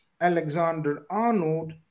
Alexander-Arnold